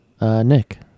Nick